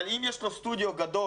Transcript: אבל אם יש לו סטודיו גדול,